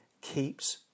keeps